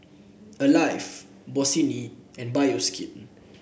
Alive Bossini and Bioskin